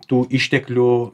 tų išteklių